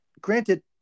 Granted